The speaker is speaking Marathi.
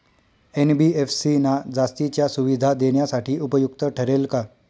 एन.बी.एफ.सी ना जास्तीच्या सुविधा देण्यासाठी उपयुक्त ठरेल का?